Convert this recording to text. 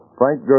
Frank